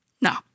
No